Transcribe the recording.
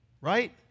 Right